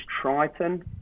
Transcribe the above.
Triton